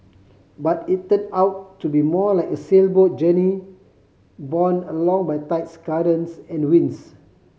but it turned out to be more like a sailboat journey borne along by tides currents and winds